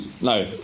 No